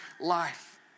life